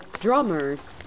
drummers